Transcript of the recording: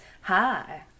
hi